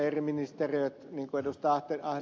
eri ministeriöt niin kuin ed